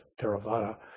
Theravada